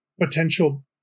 potential